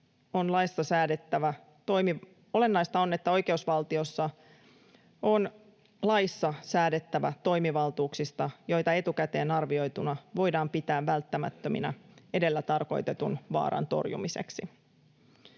Olennaista on, että oikeusvaltiossa on laissa säädettävä toimivaltuuksista, joita etukäteen arvioituna voidaan pitää välttämättöminä edellä tarkoitetun vaaran torjumiseksi.